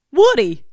woody